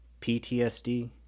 PTSD